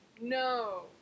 No